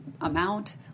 amount